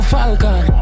Falcon